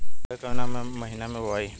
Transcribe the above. मकई कवना महीना मे बोआइ?